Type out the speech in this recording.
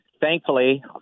thankfully